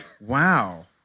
Wow